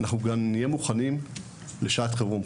אנחנו גם נהיה מוכנים לשעת חירום,